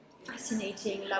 Fascinating